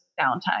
downtime